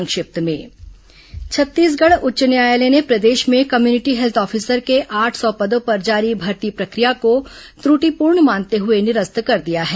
संक्षिप्त समाचार छत्तीसगढ़ उच्च न्यायालय ने प्रदेश में कम्युनिटी हेल्थ ऑफिसर के आठ सौ पदों पर जारी भर्ती प्रक्रिया त्रुटिपूर्ण मानते हुए निरस्त कर दिया है